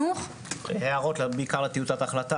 הערות בעיקר לטיוטת ההחלטה,